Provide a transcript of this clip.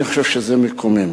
אני חושב שזה מקומם.